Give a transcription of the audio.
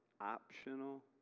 optional